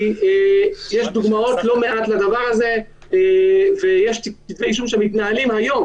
יש לא מעט דוגמאות לדבר הזה ויש כתבי אישום שמתנהלים היום